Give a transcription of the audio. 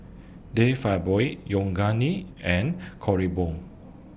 De Fabio Yoogane and Kronenbourg